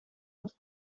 het